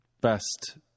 best